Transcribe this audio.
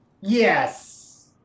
Yes